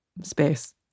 space